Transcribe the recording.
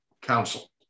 council